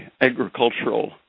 agricultural